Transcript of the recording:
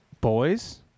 boys